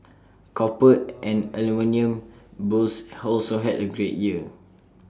copper and aluminium bulls also had A great year